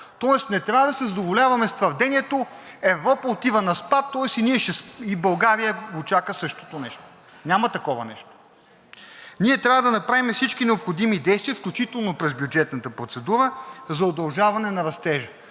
Тоест не трябва да се задоволяваме с твърдението – Европа отива на спад, тоест и България я чака същото нещо. Няма такова нещо. Ние трябва да направим всички необходими действия, включително през бюджетната процедура, за удължаване на растежа.